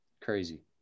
Crazy